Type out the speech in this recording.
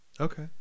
Okay